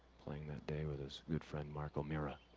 playing that day with this good friend, markel mera.